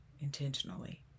intentionally